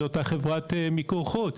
זו אותה חברת מיקור חוץ.